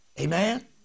Amen